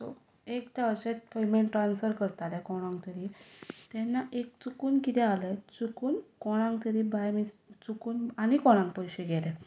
so एकदां अशेंच payment transfer करतालें कोणाक तरी तेन्ना एक चुकून किदें आलें चुकून कोणाक तरी बाय मिस् चुकून आनी कोणाक पयशे गेले